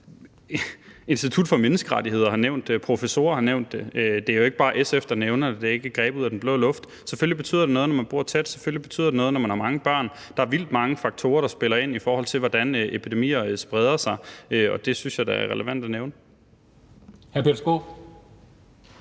Institut for Menneskerettigheder og professorer har nævnt. Det er jo ikke bare SF, der nævner det. Det er ikke grebet ud af den blå luft. Selvfølgelig betyder det noget, at man bor tæt. Selvfølgelig betyder det noget, at man har mange børn. Der er vildt mange faktorer, der spiller ind, i forhold til hvordan epidemier spreder sig, og det synes jeg da er relevant at nævne.